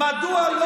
מדוע אחרי הבחירות,